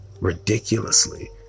ridiculously